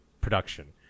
production